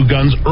Guns